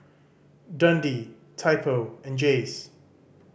Dundee Typo and Jays